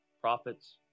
prophets